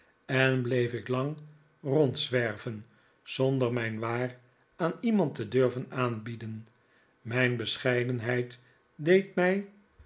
en bleef ik lang rondzwerven zonder mijn waar aan iemand te durven aanbieden mijn bescheidenheid deed mij